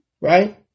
Right